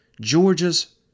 Georgia's